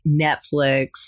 Netflix